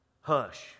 hush